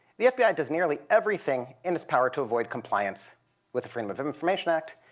the fbi does nearly everything in its power to avoid compliance with the freedom of information act.